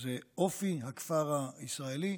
זה אופי הכפר הישראלי.